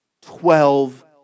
Twelve